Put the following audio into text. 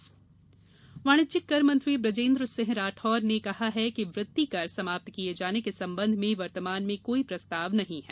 वृत्ति कर वाणिज्यिक कर मंत्री बुजेन्द्र सिंह राठौर ने कहा है कि वृत्ति कर समाप्त किये जाने के संबंध में वर्तमान में कोई प्रस्ताव नहीं है